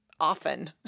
Often